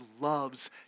loves